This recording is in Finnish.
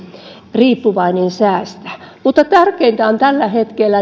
riippuvainen säästä mutta tärkeintä on tällä hetkellä